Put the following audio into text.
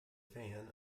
fan